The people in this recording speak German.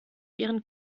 ihren